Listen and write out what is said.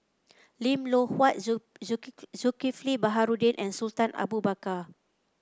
Lim Loh Huat Zulk Zulk Zulkifli Baharudin and Sultan Abu Bakar